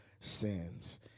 sins